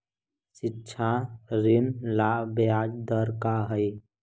शिक्षा ऋण ला ब्याज दर का हई?